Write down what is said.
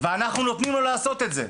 ואנחנו נותנים לו לעשות את זה.